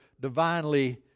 divinely